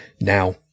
now